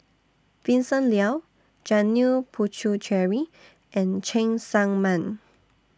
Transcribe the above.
Vincent Leow Janil Puthucheary and Cheng Tsang Man